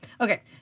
okay